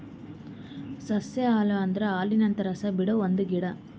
ಸಸ್ಯ ಹಾಲು ಅಂದುರ್ ಹಾಲಿನಂತ ರಸ ಬಿಡೊ ಒಂದ್ ಗಿಡ